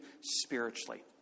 spiritually